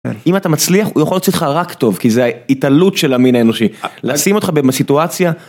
אם אתה מצליח הוא יכול להוציא אותך רק טוב, כי זה ההתעלות של המין האנושי. לשים אותך בסיטואציה...